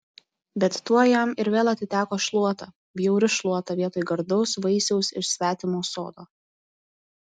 bet tuoj jam ir vėl atiteko šluota bjauri šluota vietoj gardaus vaisiaus iš svetimo sodo